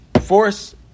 Force